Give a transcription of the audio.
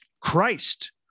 Christ